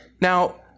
Now